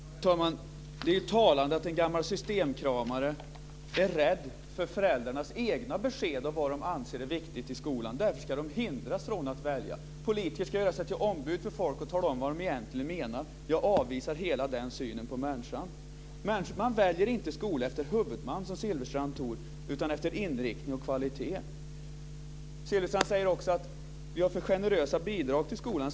Herr talman! Det är talande att en gammal systemkramare är rädd för föräldrarnas egna besked om vad de anser är viktigt i skolan. Därför ska de hindras från att välja. Politiker ska göra sig till ombud för folk och tala om vad de egentligen menar. Jag avvisar hela den synen på människan. Man väljer inte skola efter huvudman som Silfverstrand tror utan efter inriktning och kvalitet. Silfverstrand säger också att vi har för generösa bidrag till skolan.